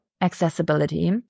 accessibility